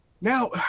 Now